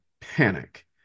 panic